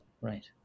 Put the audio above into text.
right